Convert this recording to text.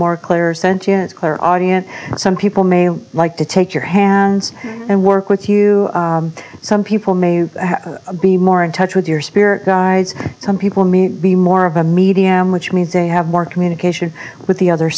clairaudient some people may like to take your hands and work with you some people may be more in touch with your spirit guides some people may be more of a medium which means they have more communication with the other